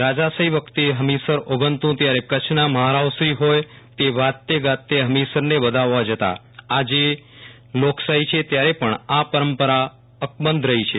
રાજાશાહી વખતે હમીરસર ઓગનતું ત્યારે કચ્છના મહારાવશ્રી હોય તે વાજતે ગાજતે હમીરસરને વધાવવા જતાં આજે લોકશાહી છે ત્યારે પણ આ પરંપરા અકબંધ રહી છે